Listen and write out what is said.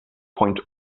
point